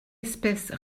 espèce